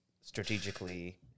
strategically